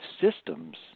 systems